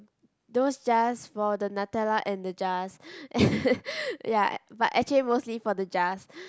those jars for the Nutella and the jars ya and but actually mostly for the jars